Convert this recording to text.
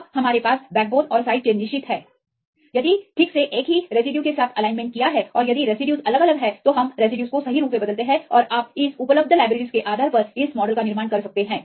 अब हमारे पास बैकबोन है और साइड चेन निश्चित हैं यदि ठीक से एक ही रेसिड्यू के साथ एलाइनमेंट किया है और यदि रेसिड्यूज अलग अलग हैं तो हम रेसिड्यूज को सही रूप में बदलते हैं और आप इस उपलब्धलाइब्रेरीज के आधार पर इस मॉडल का निर्माण कर सकते हैं